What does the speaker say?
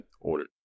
ordered